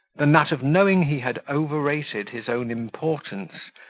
than that of knowing he had overrated his own importance,